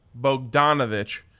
Bogdanovich